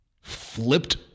flipped